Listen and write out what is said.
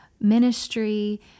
ministry